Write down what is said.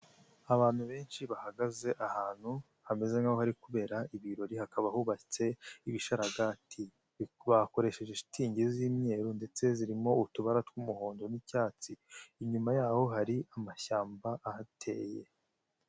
Abantu benshi bahagaze ahantu hameze nk'ahari kubera ibirori hakaba hubatse ibishararaga. Bakoresheje shitingi z'imyeru ndetse zirimo utubara tw'umuhondo n'icyatsi, inyuma yaho hari amashyamba ahateye.